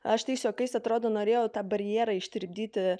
aš tais juokais atrodo norėjo tą barjerą ištirpdyti